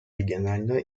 регионального